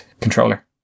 controller